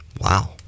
Wow